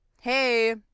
hey